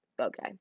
okay